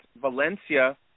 Valencia